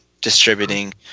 distributing